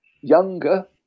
younger